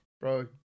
Bro